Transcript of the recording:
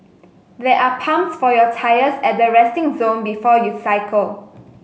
there are pumps for your tyres at the resting zone before you cycle